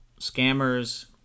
scammers